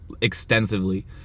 extensively